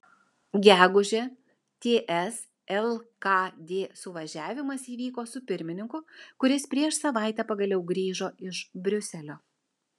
gegužę ts lkd suvažiavimas įvyko su pirmininku kuris prieš savaitę pagaliau grįžo iš briuselio